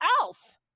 else